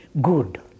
good